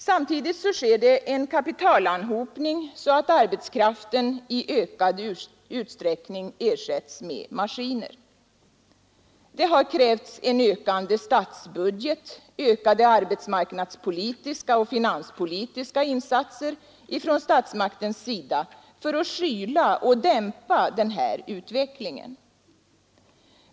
Samtidigt sker en kapitalanhopning så att arbetskraften i ökad utsträckning ersätts med maskiner. Det har krävts en ökande statsbudget, ökade arbetsmarknadspolitiska och finanspolitiska insatser från statsmaktens sida för att skyla och dämpa denna utveckling.